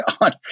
on